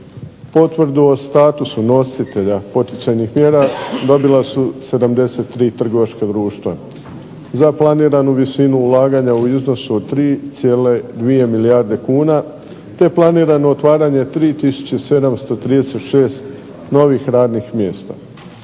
Potvrdu o statusu nositelja poticajnih mjera dobila su 73 trgovačka društva za planiranu visinu ulaganja u iznosu od 3,2 milijarde kuna, te planirano otvaranje 3 tisuće 736 novih radnih mjesta.